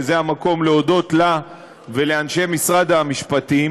וזה המקום להודות לה ולאנשי משרד המשפטים